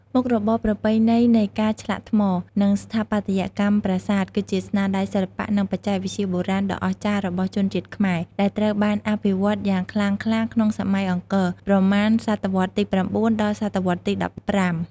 មុខរបរប្រពៃណីនៃការឆ្លាក់ថ្ម និងស្ថាបត្យកម្មប្រាសាទ គឺជាស្នាដៃសិល្បៈ និងបច្ចេកវិទ្យាបុរាណដ៏អស្ចារ្យរបស់ជនជាតិខ្មែរ ដែលត្រូវបានអភិវឌ្ឍយ៉ាងខ្លាំងក្លាក្នុងសម័យអង្គរ ប្រមាណសតវត្សរ៍ទី៩ ដល់សតវត្សរ៍ទី១៥។